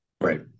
Right